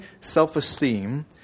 self-esteem